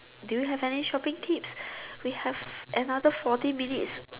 do you have any shopping tips we have another forty minutes